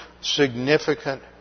significant